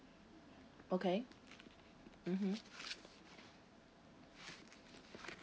okay mmhmm